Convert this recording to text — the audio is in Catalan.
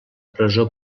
presó